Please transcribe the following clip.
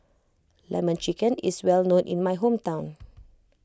Lemon Chicken is well known in my hometown